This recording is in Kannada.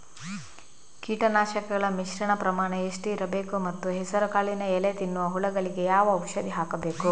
ಕೀಟನಾಶಕಗಳ ಮಿಶ್ರಣ ಪ್ರಮಾಣ ಎಷ್ಟು ಇರಬೇಕು ಮತ್ತು ಹೆಸರುಕಾಳಿನ ಎಲೆ ತಿನ್ನುವ ಹುಳಗಳಿಗೆ ಯಾವ ಔಷಧಿ ಹಾಕಬೇಕು?